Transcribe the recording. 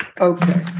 Okay